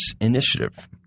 initiative